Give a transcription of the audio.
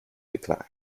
decline